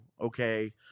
Okay